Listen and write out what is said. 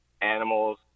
animals